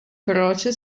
croce